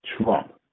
Trump